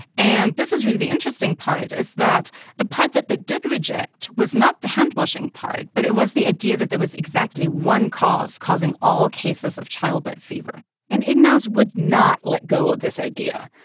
and this is really the interesting part, is that the part that they did reject was not the hand-washing part, but it was the idea that there was exactly one cause causing all cases of childbed fever and ignaz would not let go of this idea.